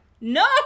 No